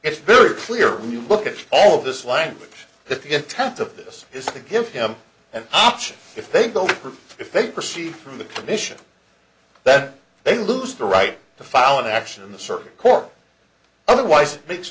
it's very clear when you look at all of this language that the intent of this is to give him an option if they don't if they perceive from the commission that they lose the right to file an action in the circuit court otherwise it makes